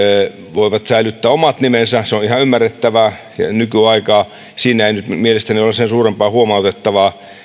voivat säilyttää omat nimensä se on ihan ymmärrettävää nykyaikaa siinä ei nyt mielestäni ole sen suurempaa huomautettavaa